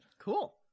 Cool